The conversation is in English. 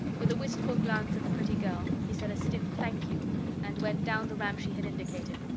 with a wistful glance at the pretty girl, he said a stiff thank you and went down the ramp she had indicated.